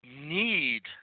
Need